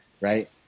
right